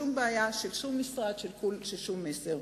שום בעיה של שום משרד,